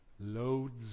loads